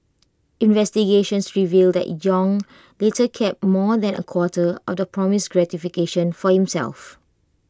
investigations revealed that Yong later kept more than A quarter of the promised gratification for himself